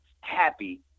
happy